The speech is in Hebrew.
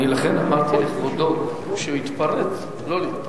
אני, לכן, אמרתי לכבודו כשהוא התפרץ, לא להתפרץ.